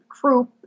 croup